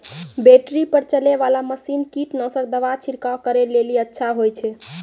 Battery पर चलै वाला मसीन कीटनासक दवा छिड़काव करै लेली अच्छा होय छै?